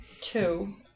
Two